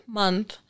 month